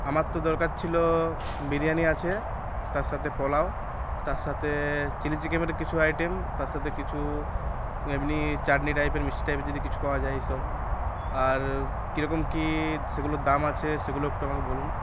আমার তো দরকার ছিলো বিরিয়ানি আছে তার সাথে পোলাও তার সাথে চিলি চিকেনের কিছু আইটেম তার সাথে কিছু এমনি চাটনি টাইপের মিষ্টি টাইপের যদি কিছু পাওয়া যায় এই সব আর কীরকম কী সেগুলোর দাম আছে সেগুলো একটু আমাকে বলুন